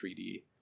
3D